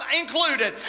included